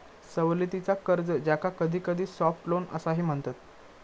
सवलतीचा कर्ज, ज्याका कधीकधी सॉफ्ट लोन असाही म्हणतत